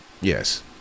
yes